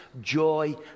joy